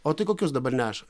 o tai kokius dabar neša